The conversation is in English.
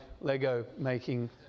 Lego-making